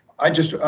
i just,